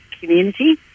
community